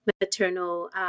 maternal